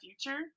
future